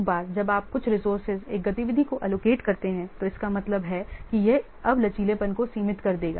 एक बार जब आप कुछ रिसोर्से एक गतिविधि को एलोकेट करते हैं तो इसका मतलब है कि यह अब लचीलेपन को सीमित कर देगा